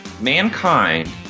mankind